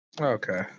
Okay